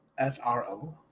SRO